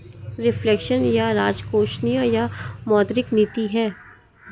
reflection यह एक राजकोषीय या मौद्रिक नीति है